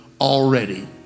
already